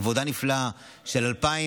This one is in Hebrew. עבודה נפלאה של 2,000,